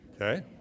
okay